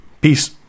Peace